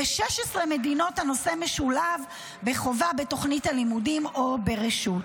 ב-16 מדינות הנושא משולב בתוכנית הלימודים בחובה או ברשות.